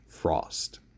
Frost